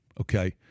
okay